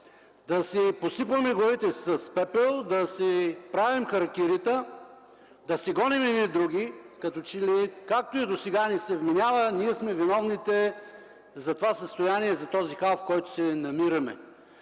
да си посипваме главите с пепел, да си правим харакири, да се гоним един друг, или както и досега ни се вменява – ние сме виновните за това състояние, за този хаос, в който се намираме.